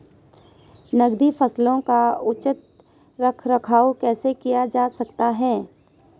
नकदी फसलों का उचित रख रखाव कैसे किया जा सकता है?